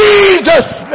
Jesus